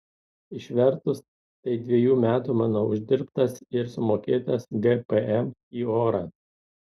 išvertus tai dviejų metų mano uždirbtas ir sumokėtas gpm į orą